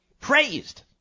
Praised